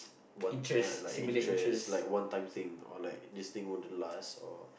one like interest like one time thing or like this thing wouldn't last or